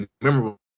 memorable